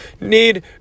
need